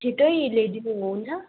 छिटै ल्याइदिनु हुन्छ